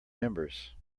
members